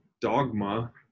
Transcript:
dogma